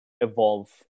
evolve